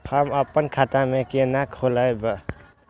हम अपन खाता केना खोलैब?